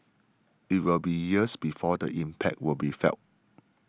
it will be years before the impact will be felt